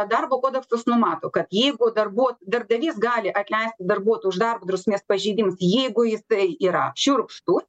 darbo kodeksas numato kad jeigu darbuo darbdavys gali atleisti darbuotoją už darbo drausmės pažeidimus jeigu jisai yra šiurkštu